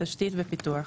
תשתית ופיתוח,